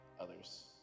others